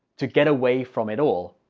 to get away from it all.